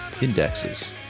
indexes